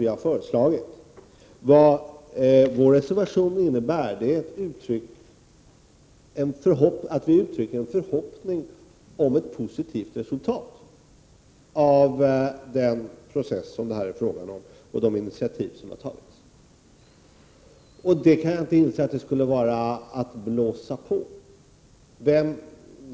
Vår reservation uttrycker en förhoppning om ett positivt resultat av den process som nu pågår och av de initiativ som har tagits. Jag kan inte inse att det skulle vara att ”blåsa på”.